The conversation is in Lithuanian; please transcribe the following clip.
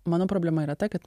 mano problema yra ta kad